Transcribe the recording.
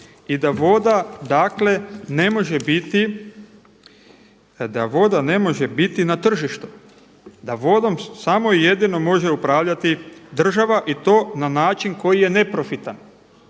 i da vodu dakle ne može biti na tržištu, da vodom samo i jedino može upravljati država i to na način koji je neprofitan.